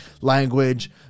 language